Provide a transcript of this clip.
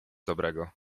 dobrego